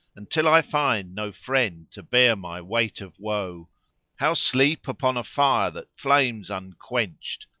until i find no friend to bear my weight of woe how sleep upon a fire that flames unquenched?